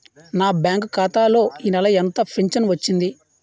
నా బ్యాంక్ ఖాతా లో ఈ నెల ఎంత ఫించను వచ్చింది?